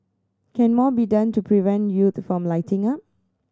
can more be done to prevent youths from lighting up